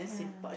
yeah